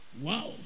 Wow